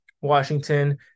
Washington